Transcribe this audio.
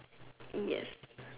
yes